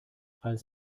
als